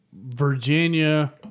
Virginia